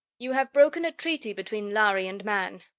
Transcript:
you have broken a treaty between lhari and man.